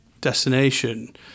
destination